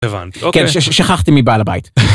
הבנתי. כן, שכחתי מבעל הבית.